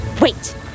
wait